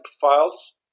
files